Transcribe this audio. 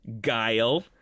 Guile